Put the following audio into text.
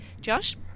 Josh